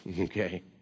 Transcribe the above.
okay